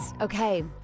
Okay